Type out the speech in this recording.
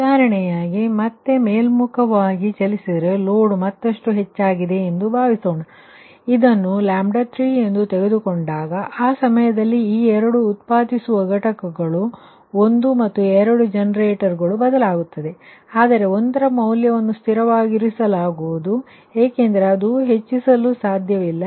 ಉದಾಹರಣೆಯಾಗಿ ಮತ್ತೆ ಮೇಲ್ಮುಖವಾಗಿ ಚಲಿಸಿದರೆ ಲೋಡ್ ಮತ್ತಷ್ಟು ಹೆಚ್ಚಾಗಿದೆ ಎಂದು ಭಾವಿಸೋಣ ಲೋಡ್ ಮತ್ತಷ್ಟು ಹೆಚ್ಚಾಗಿದೆ ಇದನ್ನು 3 ಎಂದು ತೆಗೆದುಕೊಂಡಾಗ ಮತ್ತು ಆ ಸಮಯದಲ್ಲಿ ಈ ಎರಡು ಉತ್ಪಾದಿಸುವ ಘಟಕಗಳು ಒಂದು ಮತ್ತು ಎರಡು ಜನರೇಟರ್ಗಳು ಬದಲಾಗುತ್ತವೆ ಆದರೆ ಒಂದರ ಮೌಲ್ಯವನ್ನು ಸ್ಥಿರವಾಗಿರಿಸಲಾಗುವುದು ಏಕೆಂದರೆ ಅದು ಹೆಚ್ಚಿಸಲು ಸಾಧ್ಯವಿಲ್ಲ